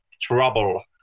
trouble